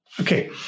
Okay